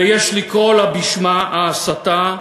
ויש לקרוא לה בשמה, ההסתה,